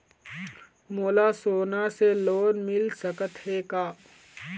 मोला सोना से लोन मिल सकत हे का?